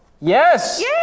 Yes